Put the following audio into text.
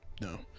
no